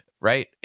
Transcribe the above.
right